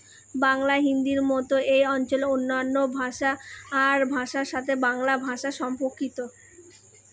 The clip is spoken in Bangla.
বাংলা হিন্দির মতো এই অঞ্চলে অন্যান্য ভাষা আর ভাষার সাথে বাংলা ভাষা সম্পর্কিত